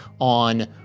on